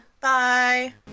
Bye